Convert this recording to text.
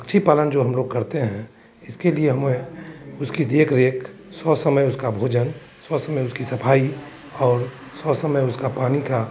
पक्षी पालन जो हम लोग करते हैं इसके लिए जो हमें उसकी देखरेख ससमय उसका भोजन ससमय उसकी सफाई और समय उसका पानी का